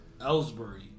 Ellsbury